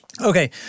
Okay